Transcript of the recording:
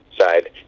side